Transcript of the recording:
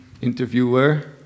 interviewer